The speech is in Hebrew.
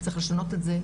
צריך לשנות את זה,